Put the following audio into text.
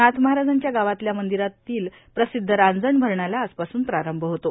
नाथ महाराजांच्या गावातल्या र्मादरातला प्र्रासद्ध रांजण भरण्याला आजपासून प्रारंभ होतो